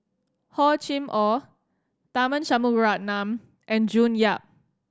Hor Chim Or Tharman Shanmugaratnam and June Yap